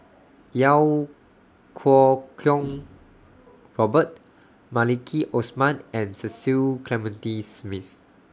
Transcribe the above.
Iau Kuo Kwong Robert Maliki Osman and Cecil Clementi Smith